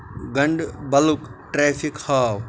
گَنڈبَلُک traffic ہاو